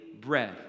bread